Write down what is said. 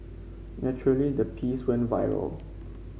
naturally the piece went viral